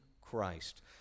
Christ